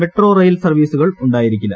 metro rail സർവ്വീസുകൾ ഉണ്ടായിരിക്കില്ല